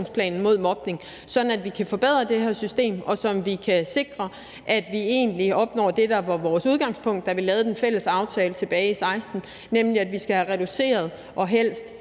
mod mobning. Så kan vi forbedre det her system, og så kan vi sikre, at vi egentlig opnår det, der var vores udgangspunkt, da vi lavede den fælles aftale tilbage i 2016, nemlig at vi skal have reduceret og helst